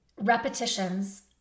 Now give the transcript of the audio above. repetitions